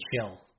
chill